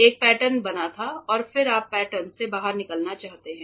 एक पैटर्न बना था और फिर आप पैटर्न को बाहर निकालना चाहते हैं